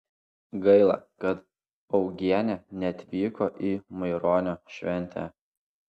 gaila kad augienė neatvyko į maironio šventę